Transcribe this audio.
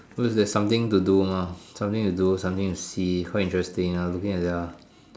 cause there's something to do mah something to do something to see quite interesting looking at their